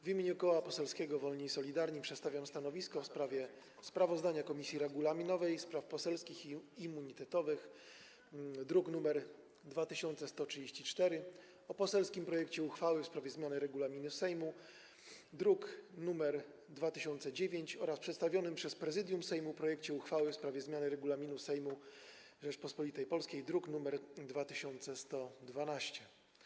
W imieniu Koła Poselskiego Wolni i Solidarni przedstawiam stanowisko wobec sprawozdania Komisji Regulaminowej, Spraw Poselskich i Immunitetowych, druk nr 2134, o poselskim projekcie uchwały w sprawie zmiany regulaminu Sejmu, druk nr 2009, oraz przedstawionym przez Prezydium Sejmu projekcie uchwały w sprawie zmiany Regulaminu Sejmu Rzeczypospolitej Polskiej, druk nr 2112.